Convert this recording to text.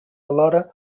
alhora